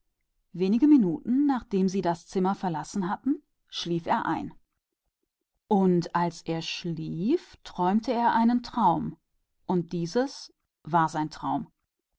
wenige minuten nachdem sie gegangen waren fiel er in schlaf und als er schlief träumte er einen traum und dieses war sein traum